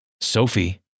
Sophie